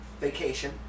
Vacation